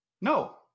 No